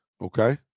Okay